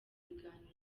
biganiro